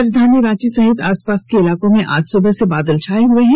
राजधानी रांची सहित आसपास के इलाकों में आज सुबह से बादल छाये हुए हैं